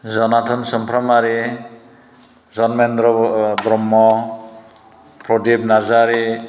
Jonathan सुमफ्रामारि जनमेन्द्र' ब्रह्म प्रदिप नार्जारि